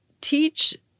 teach